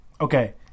okay